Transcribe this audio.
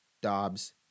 Dobbs